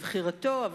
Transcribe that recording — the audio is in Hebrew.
לבחירתו,